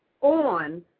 on